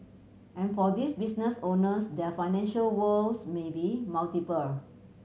and for these business owners their financial woes may be multiple